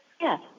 Yes